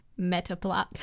Metaplot